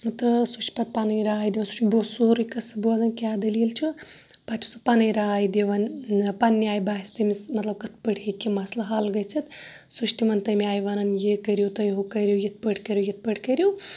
تہٕ سُہ چھُ پَتہٕ پَنٕنۍ راے دِوان سُہ چھُ سورُے قِصہٕ بوزان کیاہ دلیٖل چھِ پَتہٕ چھُ سُہ پَنٕنۍ راے دِوان پَننہِ آیہِ باسہِ تمِس مَطلَب کِتھ پٲٹھۍ ہیٚکہِ مَثلہٕ حَل گٔژھِتھ سُہ چھُ تِمَن تمہِ آیہِ وَنان یہِ کٔرِو تُہۍ ہُہ کٔرِو یِتھ پٲٹھۍ کٔرِو یِتھ پٲٹھۍ کٔرِو